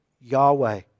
Yahweh